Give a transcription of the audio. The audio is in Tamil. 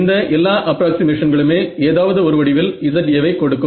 இந்த எல்லா அப்ராக்ஸிமேஷன்களுமே ஏதாவது ஒரு வடிவில் Za வை கொடுக்கும்